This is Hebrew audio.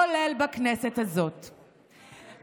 כולל בכנסת הזאת,